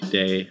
day